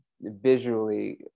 visually